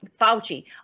Fauci